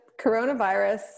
coronavirus